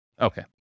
Okay